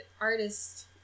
artist